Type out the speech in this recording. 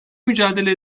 mücadele